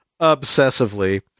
obsessively